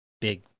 big